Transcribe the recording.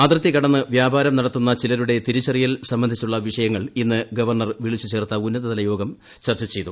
അതിർത്തി കടന്ന് വൃാപാരം നടത്തുന്ന ചിലരുടെ തിരിച്ചറിയൽ സംബന്ധിച്ചുള്ള വിഷയങ്ങൾ ഇന്ന് ഗവർണർ വിളിച്ച് ചേർത്ത ഉന്നതതലയോഗം ചർച്ച ചെയ്തു